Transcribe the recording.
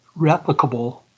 replicable